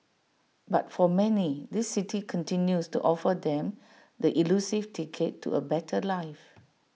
but for many this city continues to offer them the elusive ticket to A better life